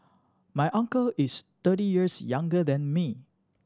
my uncle is thirty years younger than me